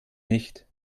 nicht